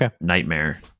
nightmare